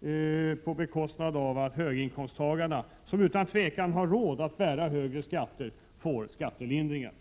beskattningen medan höginkomsttagarna, som utan tvivel har råd att bära högre skatter, får skattelindringar.